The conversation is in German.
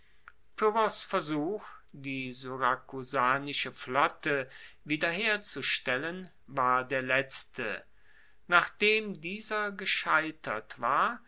pyrrhos versuch die syrakusanische flotte wiederherzustellen war der letzte nachdem dieser gescheitert war